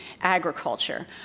agriculture